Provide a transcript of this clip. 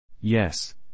Yes